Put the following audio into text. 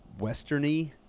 westerny